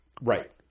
Right